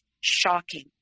shocking